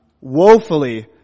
woefully